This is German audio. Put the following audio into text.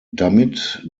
damit